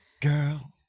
Girl